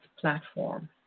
platform